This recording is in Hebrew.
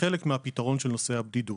כחלק מהפתרון של נושא הבדידות.